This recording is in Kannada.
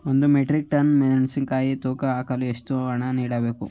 ಒಂದು ಮೆಟ್ರಿಕ್ ಟನ್ ಮೆಣಸಿನಕಾಯಿಯನ್ನು ತೂಕ ಹಾಕಲು ಎಷ್ಟು ಹಣ ನೀಡಬೇಕು?